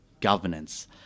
governance